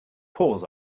paws